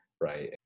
right